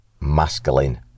masculine